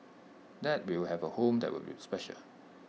that we will have A home that will be special